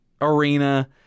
arena